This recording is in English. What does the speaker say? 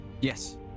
yes